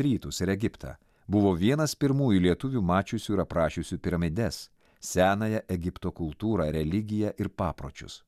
rytus ir egiptą buvo vienas pirmųjų lietuvių mačiusių ir aprašiusių piramides senąją egipto kultūrą religiją ir papročius